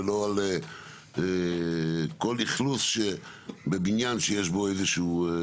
ולא על כל אכלוס בבניין שיש בו איזשהו.